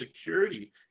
security